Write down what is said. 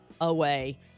away